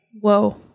whoa